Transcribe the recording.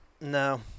no